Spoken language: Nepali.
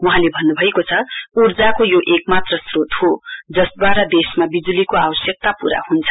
वहाँले भन्नुभएको छ ऊर्जाको यो एकमात्र श्रोत हो जसद्वारा देशमा विजुलीको आवश्यकता पूरा हुन्छ